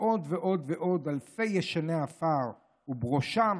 ועוד ועוד ועוד אלפי ישני עפר, ובראשם